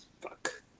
fuck